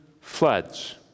floods